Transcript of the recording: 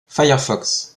firefox